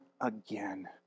again